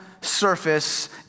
surface